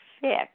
fixed